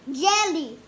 jelly